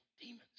Demons